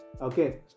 Okay